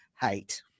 hate